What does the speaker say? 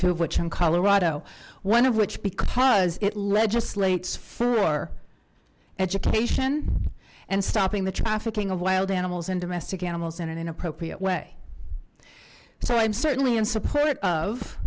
of which are in colorado one of which because it legislates for education and stopping the trafficking of wild animals and domestic animals in an inappropriate way so i am certainly in support of